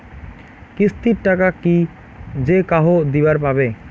কিস্তির টাকা কি যেকাহো দিবার পাবে?